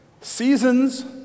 Seasons